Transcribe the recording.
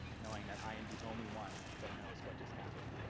knowing that i am the only one that knows what just happened.